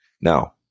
Now